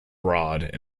broad